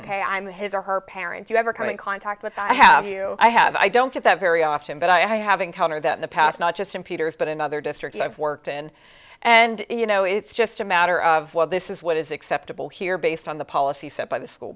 ok i'm his or her parent to ever come in contact with i have you i have i don't get that very often but i have encountered that in the past not just in peters but in other districts i've worked in and you know it's just a matter of well this is what is acceptable here based on the policy set by the school